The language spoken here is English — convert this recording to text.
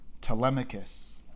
Telemachus